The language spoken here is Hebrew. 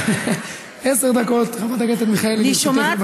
עשר דקות, חברת הכנסת מיכאלי, לרשותך.